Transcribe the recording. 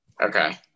Okay